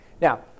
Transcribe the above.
Now